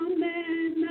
Amen